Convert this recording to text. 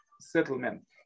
settlement